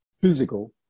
physical